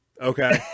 Okay